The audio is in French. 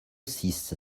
six